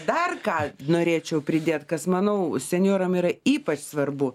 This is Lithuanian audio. dar ką norėčiau pridėt kas manau senjoram yra ypač svarbu